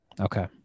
Okay